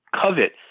covet